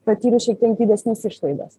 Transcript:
patyrus šiek tiek didesnes išlaidas